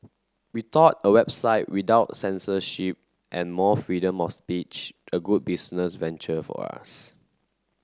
we thought a website without censorship and more freedom of speech a good business venture for us